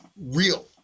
real